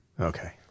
Okay